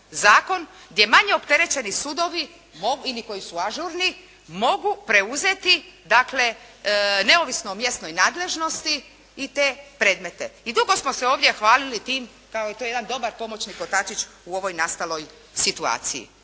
zakon gdje manje opterećeni sudovi ili koji su ažurni mogu preuzeti dakle neovisno o mjesnoj nadležnosti i te predmete. I dugo smo se ovdje hvalili tim kao to je jedan dobar pomoćni kotačić u ovoj nastaloj situaciji.